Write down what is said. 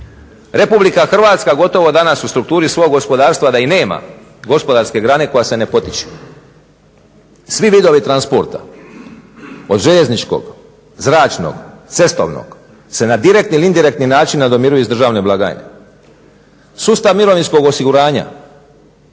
blagajne. RH gotovo danas u strukturi svog gospodarstva da i nema gospodarske grane koja se ne potiče. Svi vidovi transporta od željezničkog, zračnog, cestovnog se na direktni ili indirektni način nadomiruju iz državne blagajne.